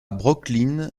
brooklyn